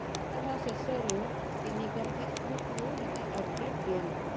ସପ୍ତାହ ଶେଷରୁ କେନିଙ୍କ ଫେସବୁକ୍ରୁ ମୋତେ ଅପଡ଼େଟ୍ ଦିଅନ୍ତୁ